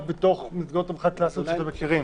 בתוך מסגרות הרווחה הקלאסיות שאתם מכירים.